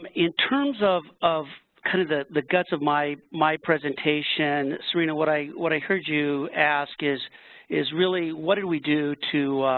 um in terms of of kind of the the guts of my my presentation, serena, what i what i heard you ask is is really, what did we do to